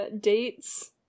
dates